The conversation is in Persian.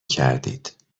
کردید